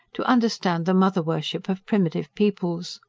to understand the mother-worship of primitive peoples.